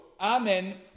Amen